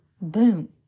boom